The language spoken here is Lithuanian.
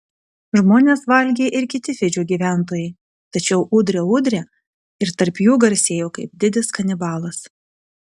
žmones valgė ir kiti fidžio gyventojai tačiau udre udre ir tarp jų garsėjo kaip didis kanibalas